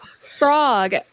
frog